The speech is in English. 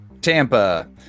Tampa